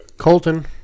Colton